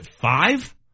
five